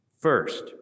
First